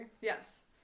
Yes